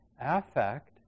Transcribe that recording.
affect